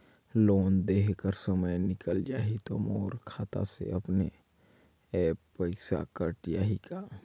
Loan देहे कर समय निकल जाही तो मोर खाता से अपने एप्प पइसा कट जाही का?